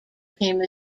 became